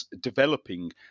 developing